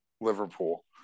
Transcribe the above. Liverpool